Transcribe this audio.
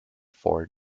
four